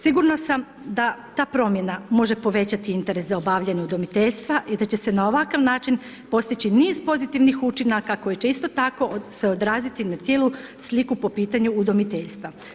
Sigurna sam da ta promjena može povećati interes za obavljanje udomiteljstva i da će se na ovakav način postići niz pozitivnih učinaka koji će se isto tako odraziti na cijelu sliku po pitanju udomiteljstva.